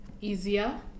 easier